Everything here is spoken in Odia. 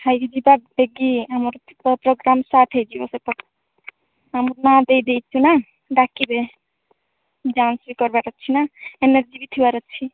ଖାଇକି ଯିବା ଯାଇକି ଆମର ପ୍ରୋଗ୍ରାମ୍ ସ୍ଟାର୍ଟ୍ ହୋଇଯିବ ସେଇଠି ଆମେ ନା ଦେଇଚୁ ନା ଡାକିବେ ଡ୍ୟାନ୍ସ କରିବାର ଅଛି ନା ଏନର୍ଜି ବି ଥିବାର ଅଛି